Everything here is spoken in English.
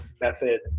method